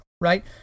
Right